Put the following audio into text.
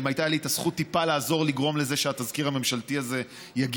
אם הייתה לי את הזכות טיפה לעזור לגרום לזה שהתזכיר הממשלתי הזה יגיע,